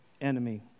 enemy